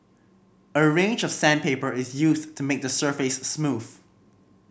a range of sandpaper is used to make the surface smooth